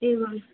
एवं